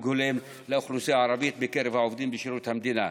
הולם לאוכלוסייה הערבית בקרב העובדים בשירות המדינה.